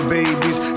babies